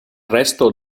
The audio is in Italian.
resto